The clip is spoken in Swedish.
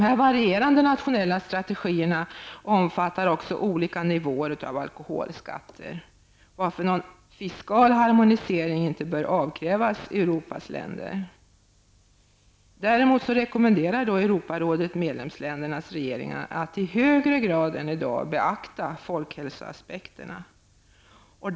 Dessa varierande nationella strategier omfattar också olika nivåer av alkoholskatter, varför någon fiskal harmonisering inte bör avkrävas Europas länder. Däremot rekommenderar Europarådet medlemsländernas regeringar att i högre grad än i dag beakta folkhälsoaspekterna.